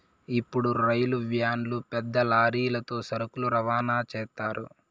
ఇప్పుడు రైలు వ్యాన్లు పెద్ద లారీలతో సరుకులు రవాణా చేత్తారు